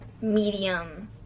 medium